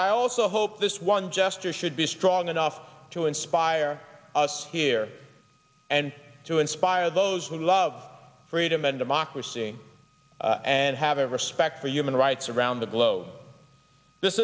i also hope this one gesture should be strong enough to inspire us here and to inspire those who love freedom and democracy and have respect for human rights around the globe this